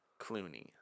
Clooney